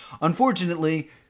unfortunately